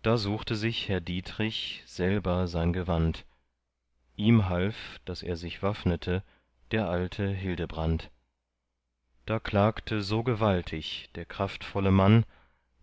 da suchte sich herr dietrich selber sein gewand ihm half daß er sich waffnete der alte hildebrand da klagte so gewaltig der kraftvolle mann